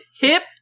Hip